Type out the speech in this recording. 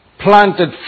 planted